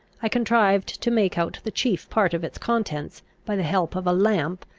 i contrived to make out the chief part of its contents, by the help of a lamp,